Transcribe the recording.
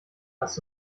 hast